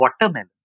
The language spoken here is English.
Watermelon